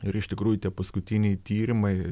ir iš tikrųjų tie paskutiniai tyrimai